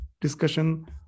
discussion